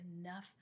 enough